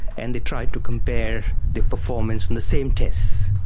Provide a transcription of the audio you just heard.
and they tried to compare the performance in the same tests.